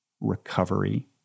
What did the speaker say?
recovery